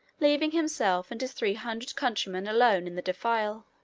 leaving himself and his three hundred countrymen alone in the defile.